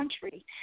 country